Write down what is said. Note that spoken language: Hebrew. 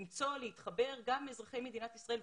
למצוא ולהתחבר גם אזרחי מדינת ישראל.